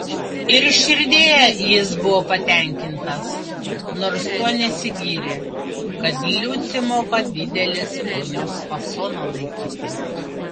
ir širdyje jis buvo patenkintas nors tuo nesigyrė kad liucė moka didelės ponios fasoną laikyti